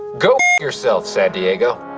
go yourself, said diego